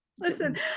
listen